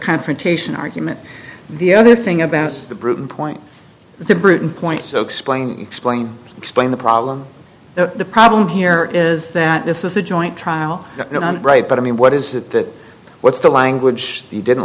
confrontation argument the other thing about the proven point the bruton point so explain explain explain the problem the problem here is that this was a joint trial right but i mean what is that what's the language you didn't